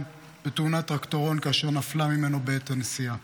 בתאונת טרקטורון כאשר נפלה ממנו בעת הנסיעה,